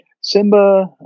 Simba